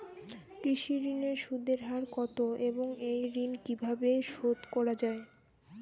কৃষি ঋণের সুদের হার কত এবং এই ঋণ কীভাবে শোধ করা য়ায়?